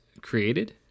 created